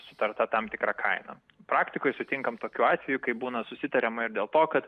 sutarta tam tikra kaina praktikoj sutinkam tokių atvejų kai būna susitariama ir dėl to kad